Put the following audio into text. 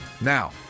Now